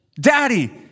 Daddy